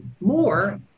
more